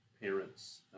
parents